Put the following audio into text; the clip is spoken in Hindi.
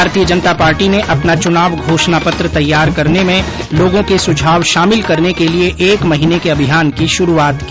भारतीय जनता पार्टी ने अपना चुनाव घोषणा पत्र तैयार करने में लोगों के सुझाव शामिल करने के लिये एक महीने के अभियान की शुरूआत की